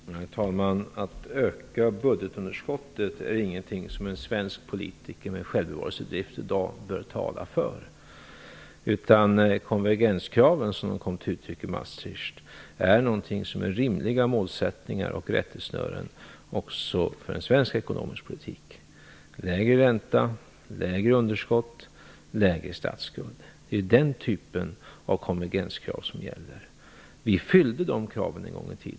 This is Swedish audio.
Herr talman! Att öka budgetunderskottet är ingenting som en svensk politiker med självbevarelsedrift bör tala för i dag. De konvergenskrav som kommer till uttryck i Maastrichtfördraget är rimliga målsättningar och rättesnören också för en svensk ekonomisk politik, dvs. lägre ränta, lägre underskott, lägre statsskuld. Det är den typen av konvergenskrav som gäller. Sverige uppfyllde de kraven en gång i tiden.